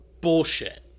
bullshit